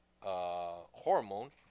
hormone